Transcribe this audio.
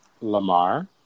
Lamar